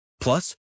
Plus